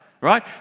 Right